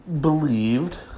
Believed